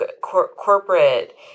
corporate